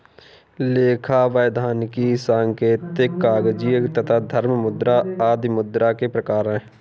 लेखा, वैधानिक, सांकेतिक, कागजी तथा गर्म मुद्रा आदि मुद्रा के प्रकार हैं